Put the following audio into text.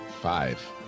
five